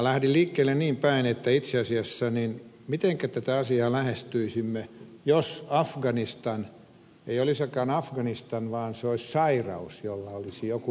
lähden liikkeelle niinpäin että itse asiassa mitenkä tätä asiaa lähestyisimme jos afganistan ei olisikaan afganistan vaan se olisi sairaus jolla olisi joku diagnoosi